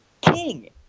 king